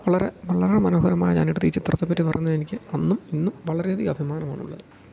വളരെ വളരെ മനോഹരമായ ഞാൻ എടുത്ത ഈ ചിത്രത്തെപ്പറ്റി പറഞ്ഞ് എനിക്ക് അന്നും ഇന്നും വളരെ അധികം അഭിമാനമാണ് ഉള്ളത്